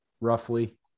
roughly